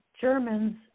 Germans